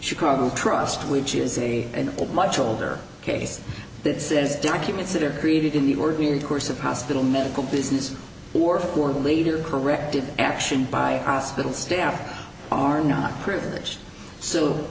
chicago trust which is a much older case that says documents that are created in the ordinary course of hospital medical business or for the leader corrective action by hospital staff are not privileged s